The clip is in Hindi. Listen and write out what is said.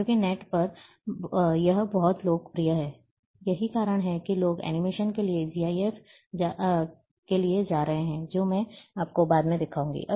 क्योंकि नेट पर यह बहुत लोकप्रिय है यही कारण है कि लोग एनिमेशन के लिए जीआईएफ जा रहे हैं जो मैं आपको बाद में दिखाऊंगा